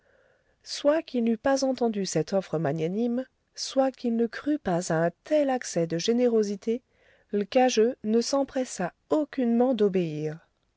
soit qu'il n'eût pas entendu cette offre magnanime soit qu'il ne crût pas à un tel accès de générosité l'cageux ne s'empressa aucunement d'obéir